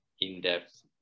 in-depth